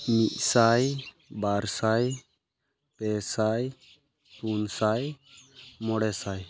ᱢᱤᱫᱥᱟᱭ ᱵᱟᱨᱥᱟᱭ ᱯᱮᱥᱟᱭ ᱯᱩᱱᱥᱟᱭ ᱢᱚᱬᱮ ᱥᱟᱭ